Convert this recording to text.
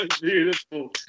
beautiful